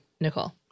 Nicole